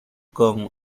con